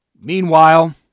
Meanwhile